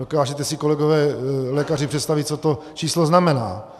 Dokážete si, kolegové lékaři, představit, co to číslo znamená.